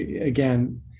again